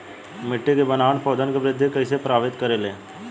मिट्टी के बनावट पौधन के वृद्धि के कइसे प्रभावित करे ले?